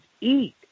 eat